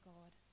God